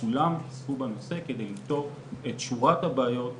כולם עסקו בנושא כדי לבדוק את שורת הבעיות שהועלו.